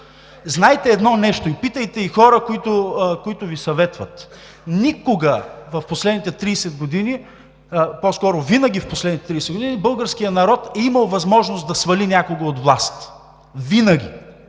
Знайте едно нещо, питайте и хора, които Ви съветват: никога в последните 30 години, по-скоро винаги в последните 30 години българският народ е имал възможност да свали някого от власт. Винаги!